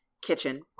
Kitchen